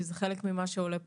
כי זה חלק ממה שעולה פה.